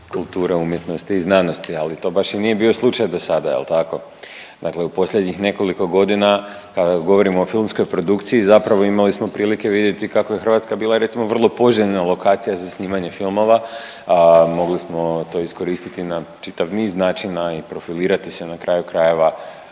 kulture, umjetnosti i znanosti ali to baš i nije bio slučaj do sada. Jel' tako? Dakle, u posljednjih nekoliko godina kada govorimo o filmskoj produkciji zapravo imali smo prilike vidjeti kako je Hrvatska bila recimo vrlo poželjna lokacija za snimanje filmova. Mogli smo to iskoristiti na čitav niz načina i profilirati se na kraju krajeva